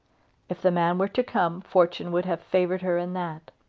if the man were to come, fortune would have favoured her in that.